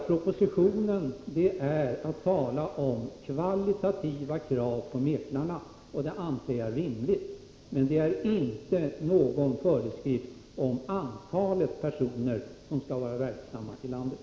Propositionen handlar alltså om att ställa kvalitativa krav på mäklarna, och det anser jag rimligt. Däremot finns det inga föreskrifter om antalet personer som skall vara verksamma i landet.